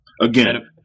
Again